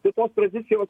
tai tos tradicijos